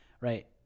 right